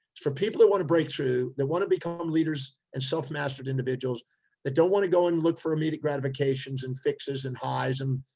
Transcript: for people that want to break through. that want to become leaders and self mastered individuals that don't want to go and look for immediate gratifications and fixes and highs and,